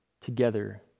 together